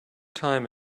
time